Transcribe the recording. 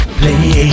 play